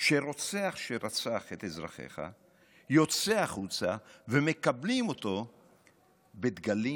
שרוצח שרצח את אזרחיה יוצא החוצה ומקבלים אותו בדגלים,